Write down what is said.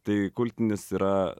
tai kultinis yra